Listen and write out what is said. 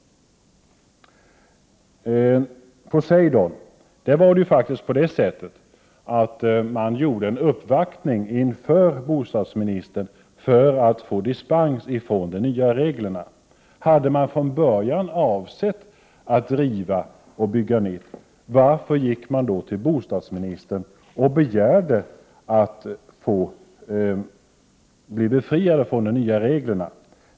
Beträffande Poseidon gjordes det en uppvaktning hos bostadsministern för att man skulle få dispens från de nya reglerna. Om man från början hade avsett att riva och bygga nytt, varför gick man då till bostadsministern och 43 begärde att få bli befriad från de nya reglerna?